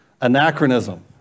Anachronism